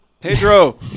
Pedro